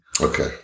Okay